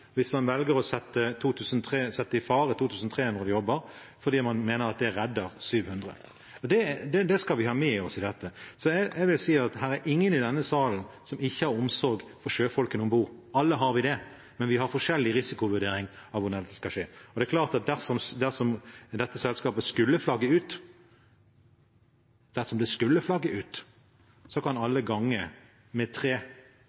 hvis man velger å sette i fare 2 300 jobber fordi man mener at det redder 700. Det skal vi ha med oss i dette. Jeg vil si at det er ingen i denne salen som ikke har omsorg for sjøfolkene om bord – alle har vi det – men vi har forskjellige risikovurderinger av hvordan det skal skje. Det er klart at dersom dette selskapet skulle flagge ut – dersom det skulle flagge ut – kan